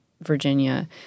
Virginia